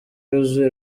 yuzuye